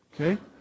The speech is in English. Okay